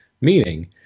meaning